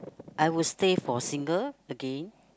I would stay for single again